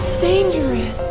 dangerous,